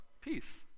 peace